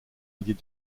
millier